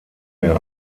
mehr